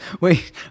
wait